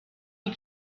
you